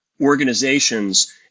organizations